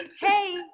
hey